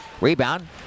Rebound